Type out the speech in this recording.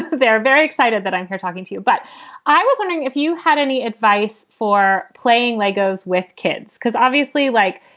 they're very excited that i'm here talking to you. but i was wondering if you had any advice for playing legos with kids, because obviously, like,